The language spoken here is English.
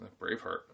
Braveheart